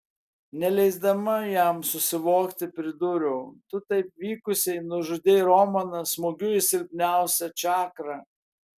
neleisdama jam susivokti pridūriau tu taip vykusiai nužudei romaną smūgiu į silpniausią čakrą